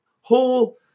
whole